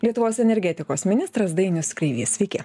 lietuvos energetikos ministras dainius kreivys sveiki